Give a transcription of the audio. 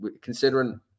considering